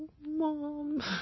Mom